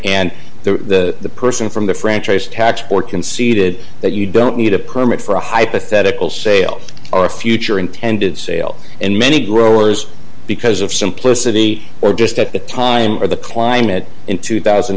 and the person from the franchise tax board conceded that you don't need a permit for a hypothetical sale or a future intended sale and many growers because of simplicity or just at the time or the climate in two thousand